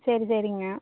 சரி சரிங்க